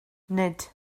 nid